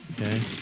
okay